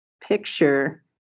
picture